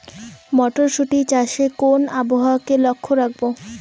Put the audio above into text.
মটরশুটি চাষে কোন আবহাওয়াকে লক্ষ্য রাখবো?